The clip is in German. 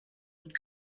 und